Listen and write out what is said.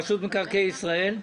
רשות מקרקעי ישראל.